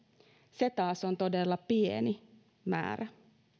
se taas on todella pieni määrä